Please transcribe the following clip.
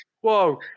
whoa